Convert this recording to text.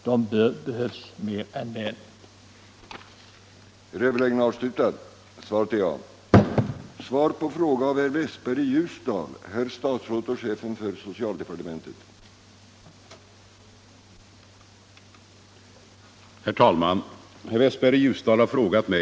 Det behövs mer än väl en sådan hjälpinsats.